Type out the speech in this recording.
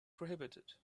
prohibited